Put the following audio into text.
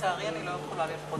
אני אדבר במקומו.